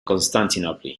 constantinople